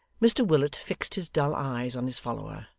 mr willet fixed his dull eyes on his follower,